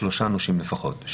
שלושה נושים לפחות,